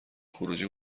خروجی